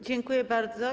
Dziękuję bardzo.